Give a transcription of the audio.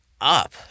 up